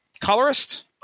colorist